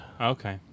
Okay